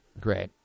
Great